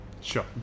Sure